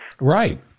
Right